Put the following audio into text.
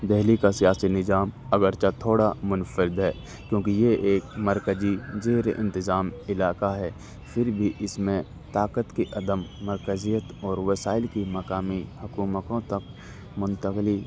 دہلی کا سیاسی نظام اگرچہ تھوڑا منفرد ہے کیونکہ یہ ایک مرکزی زیر انتظام علاقہ ہے پھر بھی اس میں طاقت کی عدم مرکزیت اور وسائل کی مقامی حکومتوں تک منتقلی